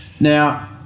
Now